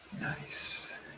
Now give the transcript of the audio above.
Nice